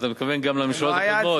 ואתה מתכוון גם לממשלות הקודמות?